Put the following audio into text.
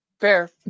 Fair